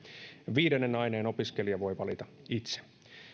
viidennen aineen opiskelija voi valita itse